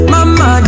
Mama